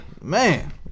man